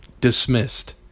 Dismissed